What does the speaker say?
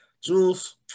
jules